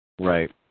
Right